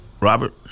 Robert